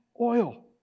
Oil